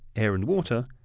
air and water,